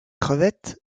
crevette